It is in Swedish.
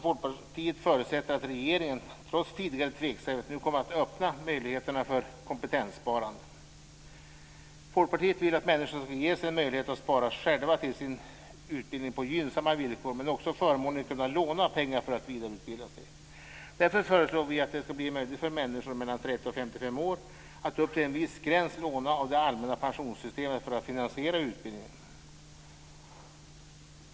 Folkpartiet förutsätter att regeringen trots tidigare tveksamhet nu kommer att öppna möjligheterna för kompetenssparande. Folkpartiet vill att människor ska ges en möjlighet att spara själva till sin utbildning på gynnsamma villkor, men också förmånligt kunna låna pengar för att vidareutbilda sig. Därför föreslår vi att det ska bli möjligt för människor mellan 30 och 55 år att upp till en viss gräns låna av det allmänna pensionssystemet för att finansiera utbildning.